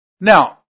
Now